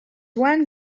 one